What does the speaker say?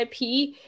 IP